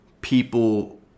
people